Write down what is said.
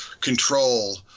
control